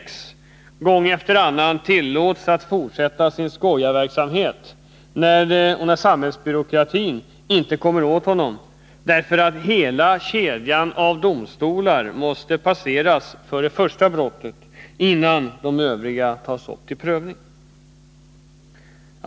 X gång efter annan tillåts att fortsätta sin skojarverksamhet och när samhällsbyråkratin inte kommer åt honom därför att hela kedjan av domstolar måste passeras för det första brottet innan de övriga brotten kan tas upp till prövning?